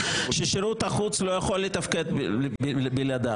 ששירות החוץ לא יכול לתפקד בלעדיו.